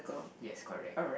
yes correct